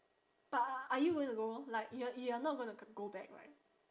but are you going to go like you're you're not gonna go back right